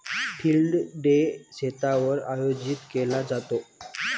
field day शेतावर आयोजित केला जातो